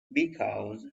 because